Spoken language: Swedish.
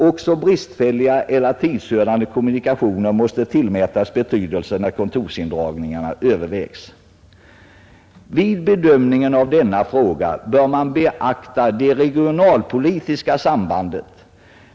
Också bristfälliga eller tidsödande kommunikationer måste tillmätas betydelse när kontorsindragningar övervägs. Vid bedömningen av denna fråga bör man beakta det regionalpolitiska sambandet.